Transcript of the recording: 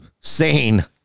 sane